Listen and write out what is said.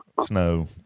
Snow